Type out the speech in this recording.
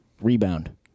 rebound